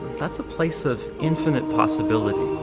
that's a place of infinite possibility.